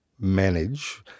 manage